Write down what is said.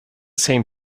same